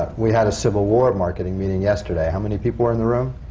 we had a civil war marketing meeting yesterday. how many people were in the room?